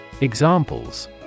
Examples